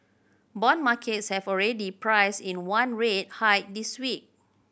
bond markets have already priced in one rate hike this week